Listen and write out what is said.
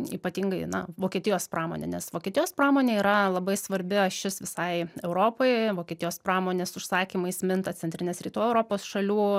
ypatingai na vokietijos pramonė nes vokietijos pramonė yra labai svarbi ašis visai europai vokietijos pramonės užsakymais minta centrinės rytų europos šalių